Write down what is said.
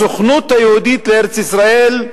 הסוכנות היהודית לארץ-ישראל,